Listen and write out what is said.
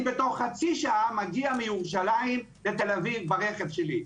אני בתוך חצי שעה מגיע מירושלים לתל אביב ברכב שלי,